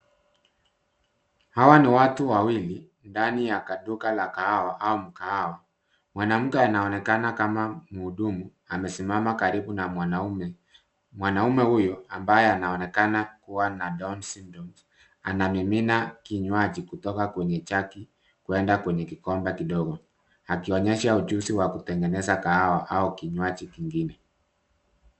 Hawa ni watu wawili ndani ya kaduka la kahawa au mkahawa. Mwanamke anaonekana kama mhudumu amesimama karibu na mwanaume. Mwanaume huyo ambaye anaonekana kuwa na down syndrome anamimina kinywaji kutoka kwenye jagi kwenda kwenye kikombe kidogo akionyesha ujuzi wa kutengeneza kahawa au kinywaji kingine.